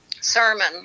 sermon